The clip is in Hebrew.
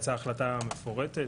יצאה החלטה מפורטת,